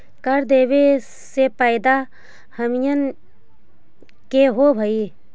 कर देबे से फैदा हमनीय के होब हई